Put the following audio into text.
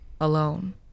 alone